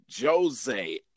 Jose